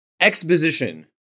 exposition